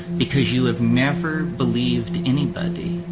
because you have never believed anybody.